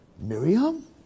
Miriam